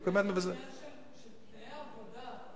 יש גם עניין של תנאי עבודה.